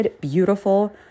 beautiful